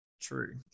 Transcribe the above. True